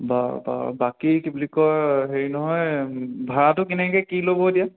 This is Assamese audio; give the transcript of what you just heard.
বাৰু বাৰু বাকী কি বুলি কয় হেৰি নহয় ভাড়াটো কেনেকে কি ল'ব এতিয়া